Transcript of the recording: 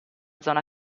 zona